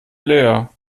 leer